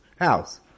house